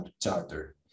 charter